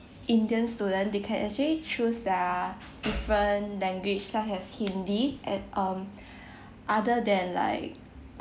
indian student they can actually choose their different language such as hindi and um other than like